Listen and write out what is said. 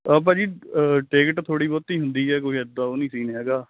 ਭਾਅ ਜੀ ਟਿਕਟ ਥੋੜੀ ਬਹੁਤੀ ਹੁੰਦੀ ਹੈ ਕੋਈ ਇਦਾਂ ਉਹ ਨਹੀਂ ਸੀ ਹੈਗਾ